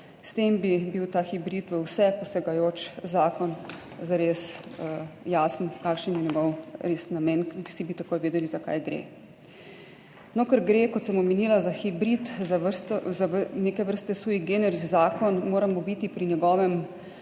S tem bi bil ta hibrid v vse posegajoč zakon zares jasen, kakšen je njegov namen. Vsi bi takoj vedeli, za kaj gre. Ker gre, kot sem omenila, za hibrid, za neke vrste sui generis zakon, moramo biti pri njegovem